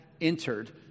entered